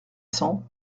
cent